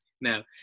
now